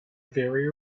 very